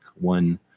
one